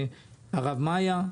הרב מאיה.